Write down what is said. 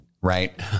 Right